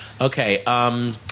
Okay